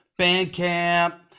Bandcamp